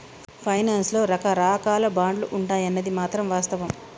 finance లో రకరాకాల బాండ్లు ఉంటాయన్నది మాత్రం వాస్తవం